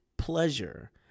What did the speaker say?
pleasure